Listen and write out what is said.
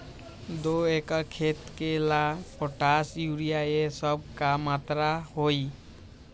दो एकर खेत के ला पोटाश, यूरिया ये सब का मात्रा होई?